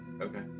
okay